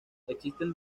existen